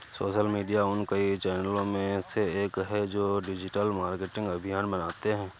social media उन कई चैनलों में से एक है जो डिजिटल मार्केटिंग अभियान बनाते हैं